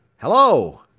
Hello